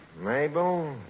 Mabel